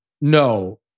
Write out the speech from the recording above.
No